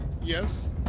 yes